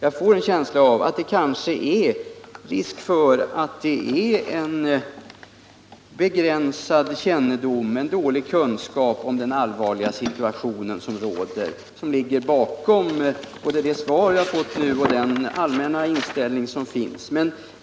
Jag får en känsla av att dåliga kunskaper om den allvarliga situationen kanske ändå ligger bakom både svaret och den allmänna inställningen.